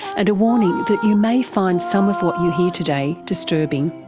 and a warning that you may find some of what you hear today disturbing.